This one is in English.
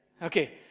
okay